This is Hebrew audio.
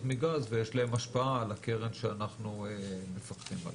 מגז ויש להם השפעה של הקרן שאנחנו מפקחים עליה.